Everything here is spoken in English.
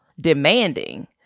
demanding